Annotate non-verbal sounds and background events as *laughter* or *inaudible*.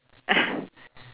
*laughs*